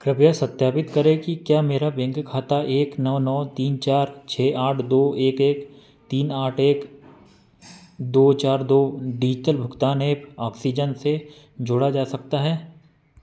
कृपया सत्यापित करें कि क्या मेरा बेंक खाता एक नौ नौ तीन चार छह आठ दो एक एक तीन आठ एक दो चार दो डिजटल भुगतान एप ऑक्सीजन से जोड़ा जा सकता है